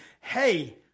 hey